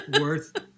worth